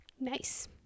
Nice